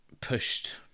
pushed